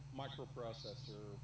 microprocessor